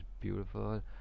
beautiful